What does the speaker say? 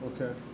Okay